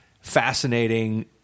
fascinating